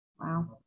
Wow